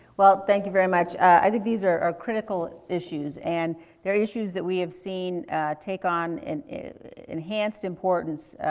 well, thank you very much. i think these are are critical issues and they're issues that we have seen take on and enhanced importance,